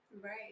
Right